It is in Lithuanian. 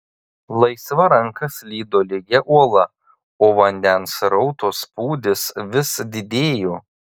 laisva ranka slydo lygia uola o vandens srauto spūdis vis didėjo